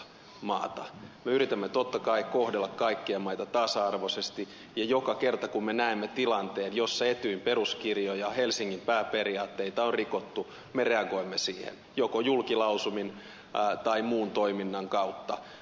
me yritämme totta kai kohdella kaikkia maita tasa arvoisesti ja joka kerta kun me näemme tilanteen jossa etyjin peruskirjoja helsingin pääperiaatteita on rikottu me reagoimme siihen joko julkilausumin tai muun toiminnan kautta